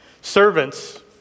Servants